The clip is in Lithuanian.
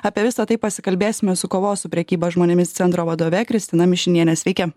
apie visa tai pasikalbėsime su kovos su prekyba žmonėmis centro vadove kristina mišiniene sveiki